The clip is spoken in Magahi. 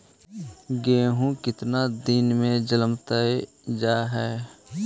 गेहूं केतना दिन में जलमतइ जा है?